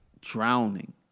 drowning